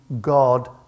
God